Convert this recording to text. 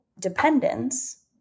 dependence